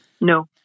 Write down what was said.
No